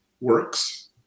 works